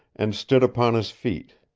and stood upon his feet.